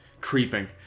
Creeping